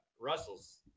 Russell's